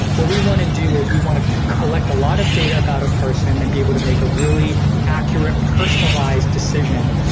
what we want to do is we want to collect a lot of data about a person and be able to make a really accurate, personalized decision,